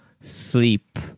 sleep